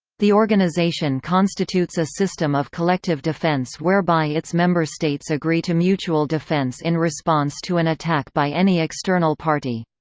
the organization constitutes a system of collective defence whereby its member states agree to mutual defense in response to an attack by any external party.